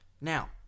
now